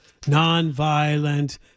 nonviolent